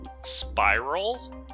Spiral